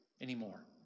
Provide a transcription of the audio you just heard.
anymore